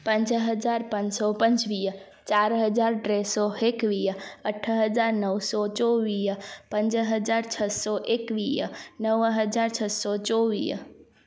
पंज हज़ार पंज सौ पंजुवीह चारि हज़ार टे सौ एकवीह अठ हज़ार नौ सौ चोवीह पंज हज़ार छह सौ एकवीह नव हज़ार छह सौ चोवीह